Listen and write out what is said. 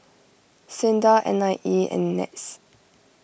Sinda N I E and NETS